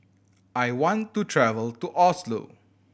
I want to travel to Oslo